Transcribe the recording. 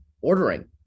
ordering